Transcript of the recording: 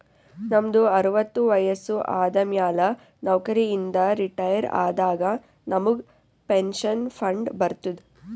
ನಮ್ದು ಅರವತ್ತು ವಯಸ್ಸು ಆದಮ್ಯಾಲ ನೌಕರಿ ಇಂದ ರಿಟೈರ್ ಆದಾಗ ನಮುಗ್ ಪೆನ್ಷನ್ ಫಂಡ್ ಬರ್ತುದ್